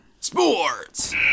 Sports